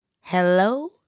hello